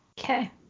Okay